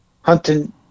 Hunting